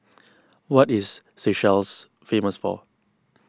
what is Seychelles famous for